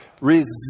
Resist